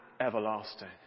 everlasting